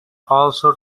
also